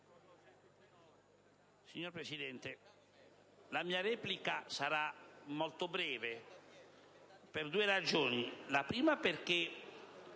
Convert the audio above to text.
Signor Presidente, la mia replica sarà molto breve, per due ragioni. La prima é che